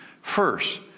first